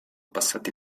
passati